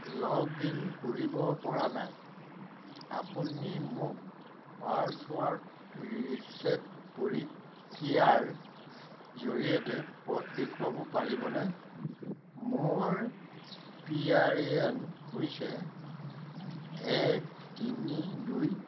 লগ in কৰিবপৰা নাই আপুনি মোক পাছৱৰ্ড ৰিছেট প্ৰৰিক্ৰিয়াৰ জৰিয়তে পথ দেখুৱাব পাৰিবনে মোৰ পি আৰ এ এন হৈছে এক তিনি দুই